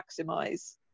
maximize